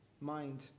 mind